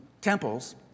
temples